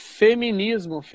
feminismo